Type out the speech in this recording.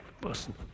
person